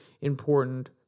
important